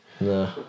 No